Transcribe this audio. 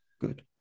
Good